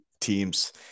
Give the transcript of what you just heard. teams